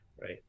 right